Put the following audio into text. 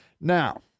Now